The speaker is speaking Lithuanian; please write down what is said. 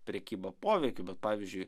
prekybą poveikiu bet pavyzdžiui